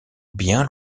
bien